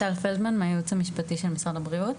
טל פלדמן מהייעוץ המשפטי של משרד הבריאות.